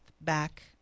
back